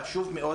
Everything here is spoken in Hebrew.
חשוב מאוד,